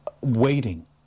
waiting